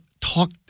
talk